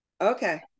Okay